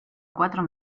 cuatro